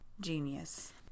genius